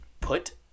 put